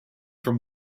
from